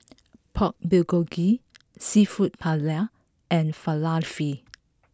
Pork Bulgogi Seafood Paella and Falafel